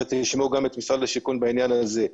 זאת אומרת, תשמעו גם את משרד השיכון בעניין הזה.